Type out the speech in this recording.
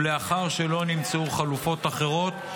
ולאחר שלא נמצאו חלופות אחרות.